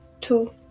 two